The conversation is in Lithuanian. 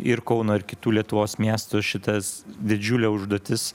ir kauno ir kitų lietuvos miestų šitas didžiulė užduotis